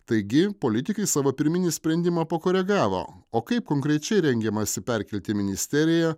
taigi politikai savo pirminį sprendimą pakoregavo o kaip konkrečiai rengiamasi perkelti ministeriją